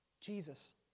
Jesus